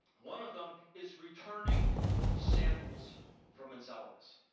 one of them is returning samples from enceladus.